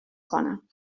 کنم